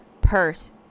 purse